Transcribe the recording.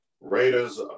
Raiders